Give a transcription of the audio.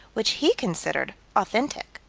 which he considered authentic.